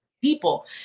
people